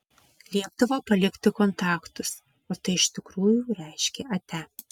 liepdavo palikti kontaktus o tai iš tikrųjų reiškė atia